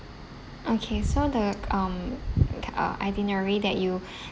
okay so the um uh k~ uh itinerary that you